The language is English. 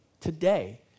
today